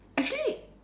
actually